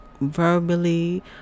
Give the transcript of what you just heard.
verbally